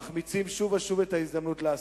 מחמיצים שוב ושוב את ההזדמנות לעשות.